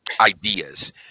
ideas